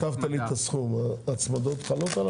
אם כתבת לי את הסכום, ההצמדות חלות עליו?